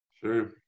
Sure